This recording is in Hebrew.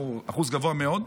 אנחנו אחוז גבוה מאוד,